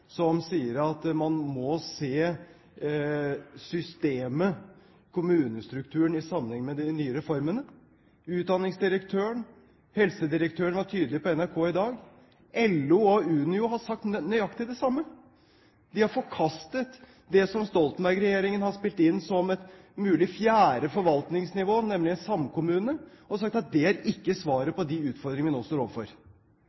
som sier at man må se systemet, kommunestrukturen, i sammenheng med de nye reformene. Utdanningsdirektøren og helsedirektøren var tydelige på NRK i dag. LO og Unio har sagt nøyaktig det samme. De har forkastet det som Stoltenberg-regjeringen har spilt inn som et mulig fjerde forvaltningsnivå, nemlig en samkommune, og sagt at det er ikke svaret